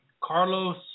Carlos